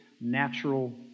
natural